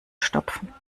stopfen